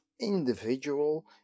individual